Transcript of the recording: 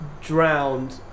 drowned